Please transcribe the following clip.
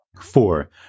Four